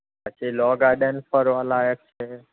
પછી Law Garden ફરવાલાયક છે